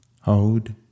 Hold